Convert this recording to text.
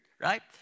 right